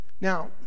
Now